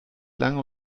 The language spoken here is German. lange